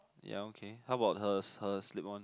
ya okay how about her her slip on